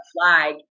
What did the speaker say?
flag